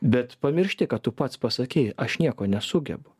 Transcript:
bet pamiršti kad tu pats pasakei aš nieko nesugebu